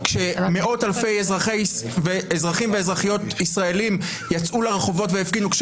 כשמאות אלפי אזרחים ואזרחיות ישראלים יצאו לרחובות והפגינו,